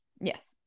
Yes